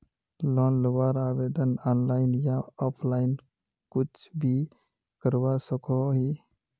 Loan लुबार आवेदन online या ऑफलाइन कुछ भी करवा सकोहो ही?